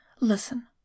Listen